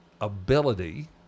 Ability